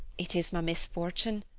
it is my misfortune.